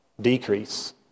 decrease